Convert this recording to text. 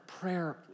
prayer